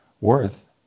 worth